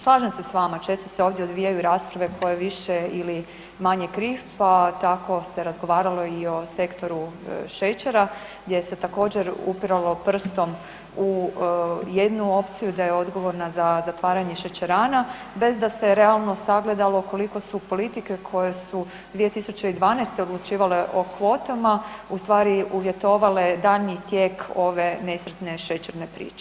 Slažem se s vama, često se ovdje odvijaju rasprave koje više ili manje ... pa tako se razgovaralo i o sektoru šećera gdje se također upiralo prstom u jednu opciju da je dogovorna za zatvaranje šećerana, bez da se realno sagledalo koliko su politike koje su 2012. odlučivale o kvotama, ustvari uvjetovale daljnji tijek ove nesretne šećerne priče.